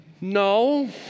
No